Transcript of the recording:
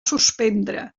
suspendre